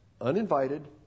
uninvited